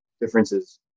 differences